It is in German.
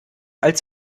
als